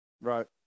Right